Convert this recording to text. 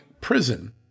prison